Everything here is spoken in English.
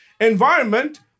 environment